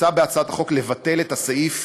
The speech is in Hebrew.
מוצע בהצעת החוק לבטל את הסעיף.